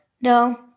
no